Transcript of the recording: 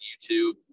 YouTube